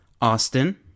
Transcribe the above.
Austin